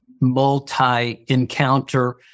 multi-encounter